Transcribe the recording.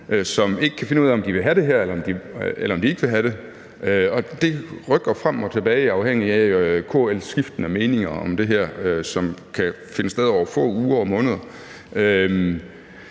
som ikke kan finde ud af, om de vil have det her, eller om de ikke vil have det, og det rykker frem og tilbage afhængigt af KL's skiftende meninger om det her, som kan finde sted over få uger og måneder.